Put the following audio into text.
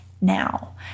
now